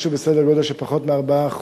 משהו בסדר גודל של פחות מ 4%,